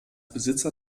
besitzer